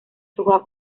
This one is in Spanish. sus